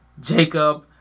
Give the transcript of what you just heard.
Jacob